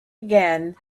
again